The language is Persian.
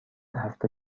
هفته